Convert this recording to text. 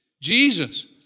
Jesus